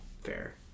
fair